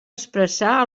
expressar